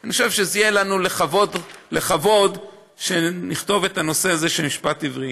אני חושב שזה יהיה לנו לכבוד שנכתוב את הנושא הזה של משפט עברי.